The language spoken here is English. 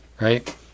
right